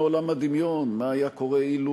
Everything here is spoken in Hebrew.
מעולם הדמיון: מה היה קורה אילו